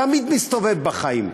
תמיד מסתובב בחיים,